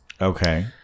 Okay